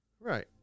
Right